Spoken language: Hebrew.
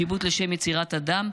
שיבוט לשם יצירת אדם,